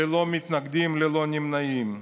ללא מתנגדים, ללא נמנעים.